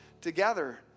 together